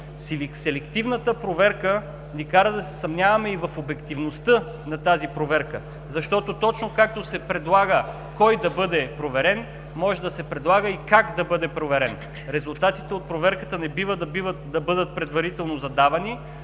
Селективната проверка ни кара да се съмняваме и в обективността на тази проверка, защото, както се предлага кой да бъде проверен, може да се предлага и как да бъде проверен. Резултатите от проверката не бива да бъдат предварително задавани.